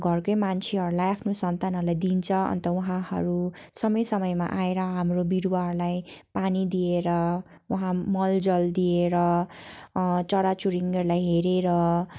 घरकै मान्छेहरूलाई आफ्नै सन्तानहरूलाई दिन्छ अन्त उहाँहरू समय समयमा आएर हाम्रो बिरुवाहरूलाई पानी दिएर उहाँ मलजल दिएर चराचुरुङ्गीहरूलाई हेरेर